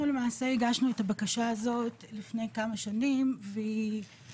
אנחנו למעשה הגשנו את הבקשה הזאת לפני כמה שנים והיה